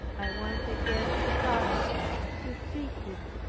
i went again to paris to see him.